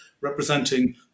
representing